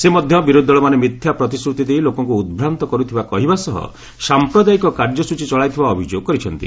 ସେ ମଧ୍ୟ ବିରୋଧୀଦଳମାନେ ମିଥ୍ୟା ପ୍ରତିଶ୍ରତି ଦେଇ ଲୋକଙ୍କୁ ଉଦ୍ଭ୍ରାନ୍ତ କରୁଥିବା କହିବା ସହ ସାଂପ୍ରଦାୟିକ କାର୍ଯ୍ୟସୂଚୀ ଚଳାଇଥିବା ଅଭିଯୋଗ କରିଛନ୍ତି